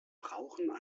brauchen